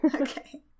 Okay